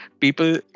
People